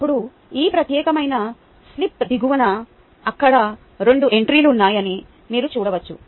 ఇప్పుడు ఈ ప్రత్యేకమైన స్లిప్ దిగువన అక్కడ 2 ఎంట్రీలు ఉన్నాయని మీరు చూడవచ్చు